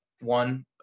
one